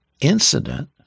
incident